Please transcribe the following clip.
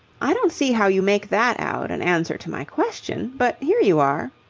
i don't see how you make that out an answer to my question, but here you are.